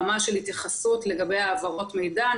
הביטחון ברמה של התייחסות להעברת מידע.